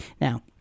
Now